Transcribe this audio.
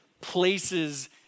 places